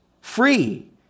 free